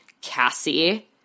Cassie